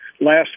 last